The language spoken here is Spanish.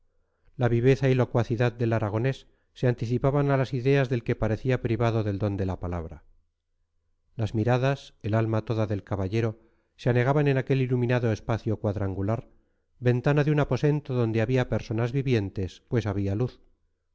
la viveza y locuacidad del aragonés se anticipaban a las ideas del que parecía privado del don de la palabra las miradas el alma toda del caballero se anegaban en aquel iluminado espacio cuadrangular ventana de un aposento donde había personas vivientes pues había luz